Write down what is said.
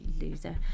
loser